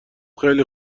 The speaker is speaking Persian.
خیلی